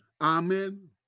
Amen